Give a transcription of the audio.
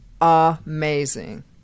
amazing